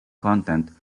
content